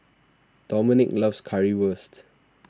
Dominque loves Currywurst